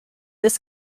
this